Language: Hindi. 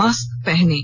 मास्क पहनें